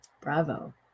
Bravo